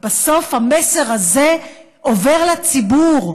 בסוף המסר הזה עובר לציבור.